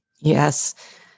Yes